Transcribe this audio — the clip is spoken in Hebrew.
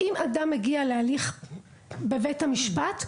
אם אדם מגיע להליך בבית המשפט,